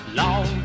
long